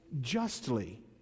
justly